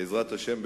בעזרת השם,